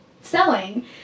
selling